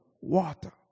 water